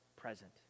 present